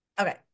okay